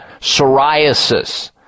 psoriasis